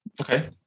Okay